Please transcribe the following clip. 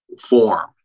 form